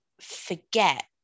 forget